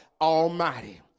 Almighty